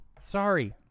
Sorry